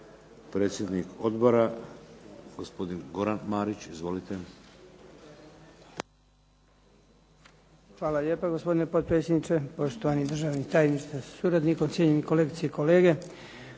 Predsjednik Odbora, gospodin Goran Marić. Izvolite. **Marić, Goran (HDZ)** Hvala lijepa. Gospodine potpredsjedniče, poštovani državni tajniče sa suradnikom, cijenjeni kolege i kolege.